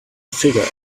figure